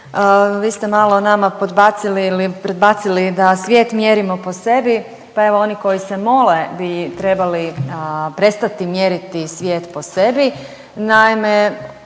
Vi ste malo nama podbacili ili predbacili da svijet mjerimo po sebi pa evo oni koji se mole bi trebali prestati mjeriti svijet po sebi.